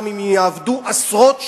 גם אם הם יעבדו עשרות שנים,